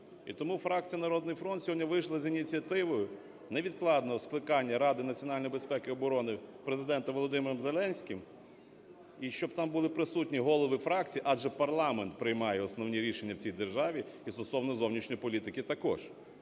І тому фракція "Народний фронт" сьогодні вийшла з ініціативою невідкладного скликання Ради національної безпеки і оборони Президентом ВолодимиромЗеленським, і щоб там були присутні голови фракцій, адже парламент приймає основні рішення в цій державі і стосовно зовнішньої політики також,